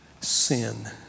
sin